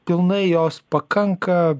pilnai jos pakanka